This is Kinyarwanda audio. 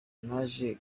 naje